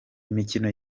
imikino